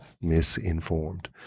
misinformed